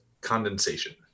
condensation